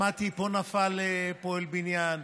שמעתי: פה נפל פועל בניין,